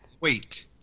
Wait